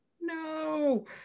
no